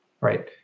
right